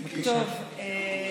טוב,